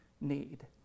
need